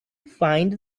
find